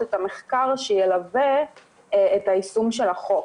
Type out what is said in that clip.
את המחקר שילווה את היישום של החוק.